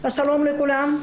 שלום לכולם.